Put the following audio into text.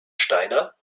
steiner